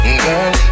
girl